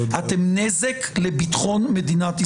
אתם נזק לביטחון מדינת ישראל.